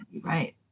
Right